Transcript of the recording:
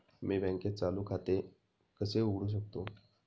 मी बँकेत चालू खाते कसे उघडू शकतो?